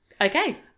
okay